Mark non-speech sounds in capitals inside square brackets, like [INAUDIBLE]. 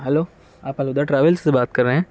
hello آپ [UNINTELLIGIBLE] travels سے بات کر رہے ہیں